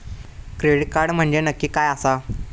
Credit card म्हंजे नक्की काय आसा?